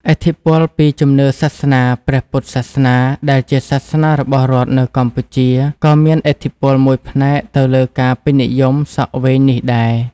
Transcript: ឥទ្ធិពលពីជំនឿសាសនា ព្រះពុទ្ធសាសនា ដែលជាសាសនារបស់រដ្ឋនៅកម្ពុជា ក៏មានឥទ្ធិពលមួយផ្នែកទៅលើការពេញនិយមសក់វែងនេះដែរ។